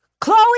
Chloe